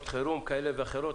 כאלה ואחרות.